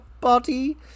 party